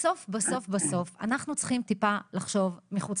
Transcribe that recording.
בסוף אנחנו צריכים טיפה לחשוב מחוץ